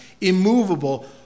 immovable